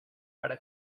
para